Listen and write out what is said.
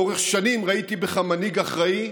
לאורך שנים ראיתי בך מנהיג אחראי,